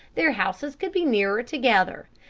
their houses could be nearer together.